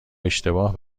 اشتباه